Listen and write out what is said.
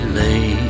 lay